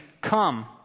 come